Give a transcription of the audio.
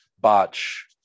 Botch